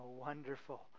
wonderful